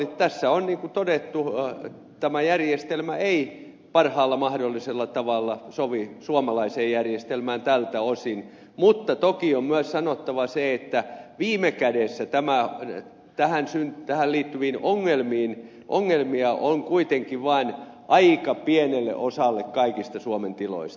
niin kuin tässä on todettu tämä järjestelmä ei parhaalla mahdollisella tavalla sovi suomalaiseen järjestelmään tältä osin mutta toki on myös sanottava se että viime kädessä tähän liittyviä ongelmia on kuitenkin vain aika pienellä osalla kaikista suomen tiloista